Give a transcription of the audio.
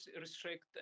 Restrict